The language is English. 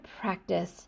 practice